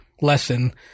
lesson